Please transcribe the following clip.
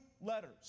letters